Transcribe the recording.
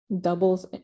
doubles